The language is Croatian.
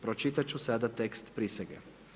Pročitat ću sada tekst prisege.